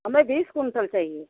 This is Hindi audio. हमें बीस कुंटल चाहिए